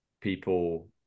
people